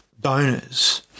donors